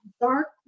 dark